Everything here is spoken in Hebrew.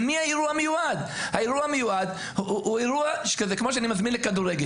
זה כמו שאני מזמין לכדורגל.